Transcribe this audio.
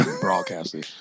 broadcaster